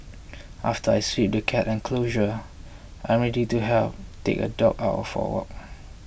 after I sweep the cat enclosure I am ready to help take a dog out for a walk